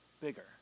bigger